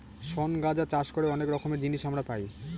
শন গাঁজা চাষ করে অনেক রকমের জিনিস আমরা পাই